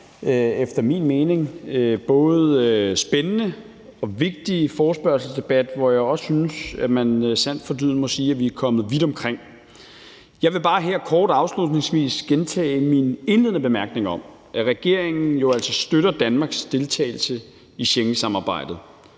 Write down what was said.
efter min mening både spændende og vigtige forespørgselsdebat, hvor man sandt for dyden også må sige, at vi er kommet vidt omkring. Jeg vil bare her afslutningsvis gentage min indledende bemærkning om, at regeringen jo altså støtter Danmarks deltagelse i Schengensamarbejdet,